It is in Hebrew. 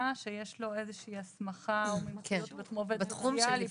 שיש לו איזושהי הסמכה כמו עובד סוציאלי,